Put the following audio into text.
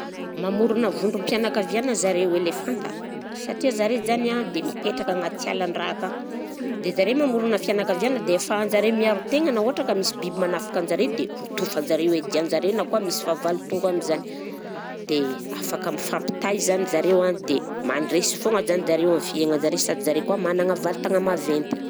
Mamorona vondrom-pianakaviana zareo elefanta satria zareo zany an dia mipetraka agnaty alan-draha akagny dia zareo mamorona fianakaviana dia ahafahan-jareo miaro tegna na ohatra ka misy biby manafika an-jareo dia totofan'ny zareo, iadian'ny zareo na koa misy fahavalo tonga amizany dia afaka mifampitay zany zareo an dia mandresy foagna zany zareo amy fiaignan'ny zareo sady zareo koa magna valin-tagna maventy